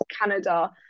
Canada